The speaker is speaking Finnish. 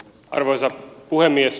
arvoisa puhemies